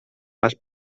masz